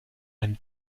ein